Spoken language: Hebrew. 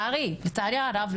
לצערי הרב,